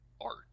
art